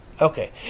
Okay